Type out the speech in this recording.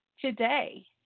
today